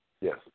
Yes